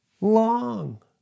long